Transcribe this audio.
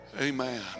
Amen